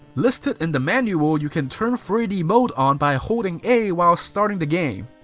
listed in the manual, you can turn three d mode on by holding a while starting the game.